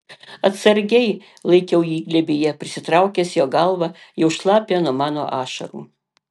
atsargiai laikiau jį glėbyje prisitraukęs jo galvą jau šlapią nuo mano ašarų